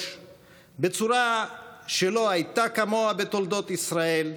בצורה שלא הייתה כמוה בתולדות ישראל,